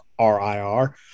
RIR